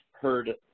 heard –